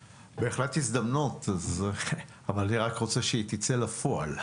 בהחלט הזדמנות, אבל אני רק רוצה שהיא תצא לפועל.